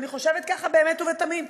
אני חושבת ככה באמת ובתמים.